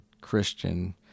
Christian